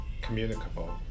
communicable